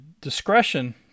discretion